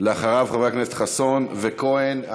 אחריו, חברי הכנסת חסון וכהן.